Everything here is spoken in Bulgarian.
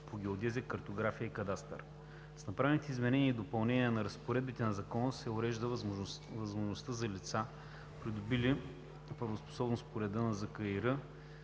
по геодезия, картография и кадастър (СГКК). С направените изменения и допълнения в разпоредбите на Закона се урежда възможността за лица, придобили правоспособност по реда на Закона